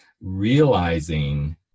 realizing